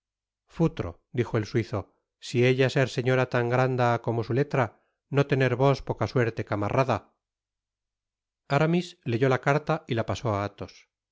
futro dijo el suizo si ella ser señora tan granda como su letra no tener vos poca suerte camarrada content from google book search generated at aramis leyó la carta y la pasó á athos ved